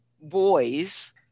boys